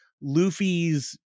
Luffy's